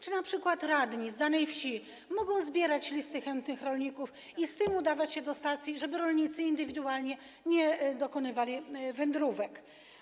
Czy np. radni z danej wsi mogą tworzyć listy chętnych rolników i z nimi udawać się do stacji, żeby rolnicy indywidualnie nie dokonywali wędrówek?